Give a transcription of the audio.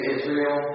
Israel